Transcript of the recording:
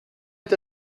est